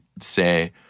say